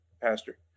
Pastor